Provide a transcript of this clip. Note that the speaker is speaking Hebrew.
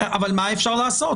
מה אפשר לעשות?